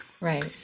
right